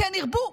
כן ירבו,